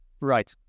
Right